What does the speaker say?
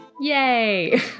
Yay